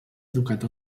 educat